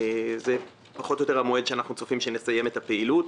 שזה פחות או יותר המועד שבו אנחנו צופים שנסיים את הפעילות.